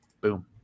Boom